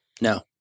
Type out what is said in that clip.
No